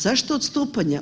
Zašto odstupanja?